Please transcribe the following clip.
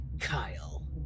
Kyle